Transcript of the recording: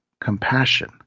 compassion